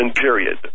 period